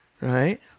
Right